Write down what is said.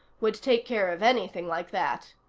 would take care of anything like that.